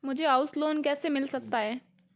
मुझे house loan कैसे मिल सकता है?